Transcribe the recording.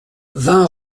vingt